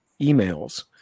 emails